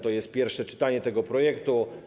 To jest pierwsze czytanie tego projektu.